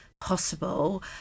possible